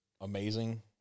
amazing